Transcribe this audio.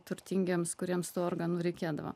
turtingiems kuriems organų reikėdavo